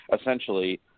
essentially